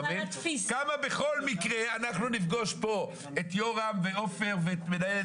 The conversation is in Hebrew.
כמה בכל מקרה אנחנו נפגוש פה את יורם ואת עופר ואת מנהלת